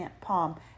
palm